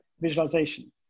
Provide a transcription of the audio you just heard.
visualization